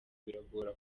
biragora